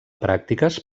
pràctiques